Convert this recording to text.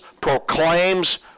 proclaims